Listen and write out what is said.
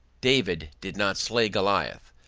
david did not slay goliath,